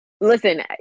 Listen